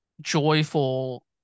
joyful